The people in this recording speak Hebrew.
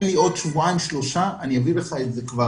עוד שבועיים, שלושה שבועות אביא תאריכים